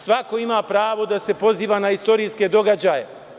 Svako ima pravo da se poziva na istorijske događaje.